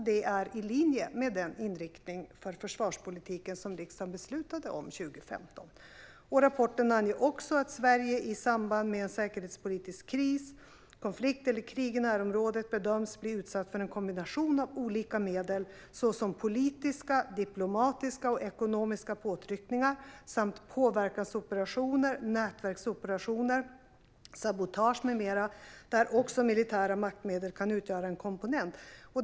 Det är i linje med den inriktning för försvarspolitiken som riksdagen beslutade om 2015. Rapporten anger också att Sverige i samband med en säkerhetspolitisk kris, en konflikt eller ett krig i närområdet bedöms bli utsatt för en kombination av olika medel såsom politiska, diplomatiska och ekonomiska påtryckningar samt påverkansoperationer, nätverksoperationer, sabotage med mera där också militära maktmedel kan utgöra en komponent.